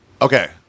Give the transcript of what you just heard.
Okay